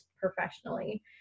professionally